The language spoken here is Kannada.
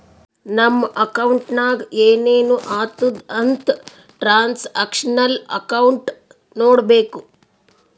ನಮ್ ಅಕೌಂಟ್ನಾಗ್ ಏನೇನು ಆತುದ್ ಅಂತ್ ಟ್ರಾನ್ಸ್ಅಕ್ಷನಲ್ ಅಕೌಂಟ್ ನೋಡ್ಬೇಕು